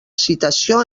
citació